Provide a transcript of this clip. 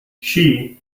she